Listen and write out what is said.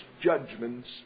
judgments